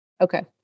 okay